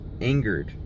angered